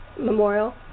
memorial